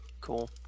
cool